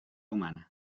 humana